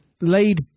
laid